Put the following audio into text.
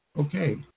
Okay